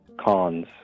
cons